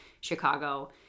Chicago